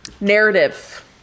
Narrative